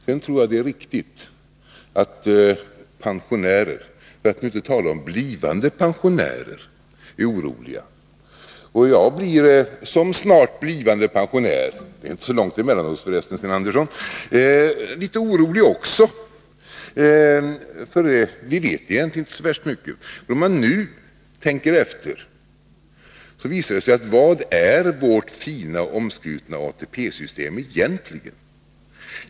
Sedan tror jag att det är viktigt att pensionärer, för att inte tala om blivande pensionärer, är oroliga. Jag blir som snart blivande pensionär — det är inte så långt emellan oss förresten, Sten Andersson — också litet orolig, för vi vet egentligen inte så värst mycket. Om man tänker efter: Vad är vårt fina och omskrutna ATP egentligen?